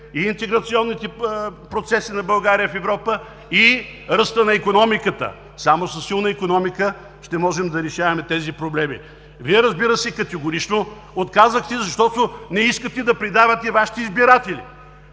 и интеграционните процеси на България в Европа, и ръста на икономиката. Само със силна икономика ще можем да решаваме тези проблеми. Вие, разбира се, категорично отказахте, защото не искате да предавате Вашите избиратели.